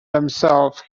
themselves